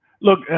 Look